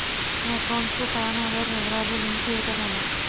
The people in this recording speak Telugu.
నా అకౌంట్ కు పాన్, ఆధార్ వివరాలు లింక్ చేయటం ఎలా?